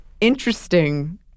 interesting